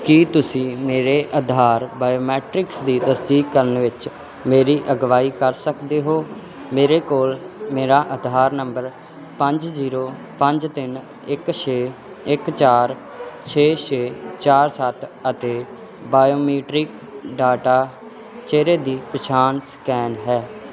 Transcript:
ਕੀ ਤੁਸੀਂ ਮੇਰੇ ਆਧਾਰ ਬਾਇਓਮੈਟਰਿਕਸ ਦੀ ਤਸਦੀਕ ਕਰਨ ਵਿੱਚ ਮੇਰੀ ਅਗਵਾਈ ਕਰ ਸਕਦੇ ਹੋ ਮੇਰੇ ਕੋਲ ਮੇਰਾ ਆਧਾਰ ਨੰਬਰ ਪੰਜ ਜ਼ੀਰੋ ਪੰਜ ਤਿੰਨ ਇੱਕ ਛੇ ਇੱਕ ਚਾਰ ਛੇ ਛੇ ਚਾਰ ਸੱਤ ਅਤੇ ਬਾਇਓਮੀਟ੍ਰਿਕ ਡਾਟਾ ਚਿਹਰੇ ਦੀ ਪਛਾਣ ਸਕੈਨ ਹੈ